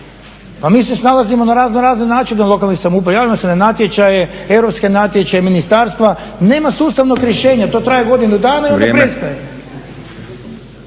pa mi se snalazimo na razno razne načine u lokalnoj samoupravi, javljamo se na natječaje, europske natječaje, ministarstva. Nema sustavnog rješenja, to traje godinu dana i onda prestaje.